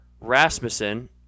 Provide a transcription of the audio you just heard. Rasmussen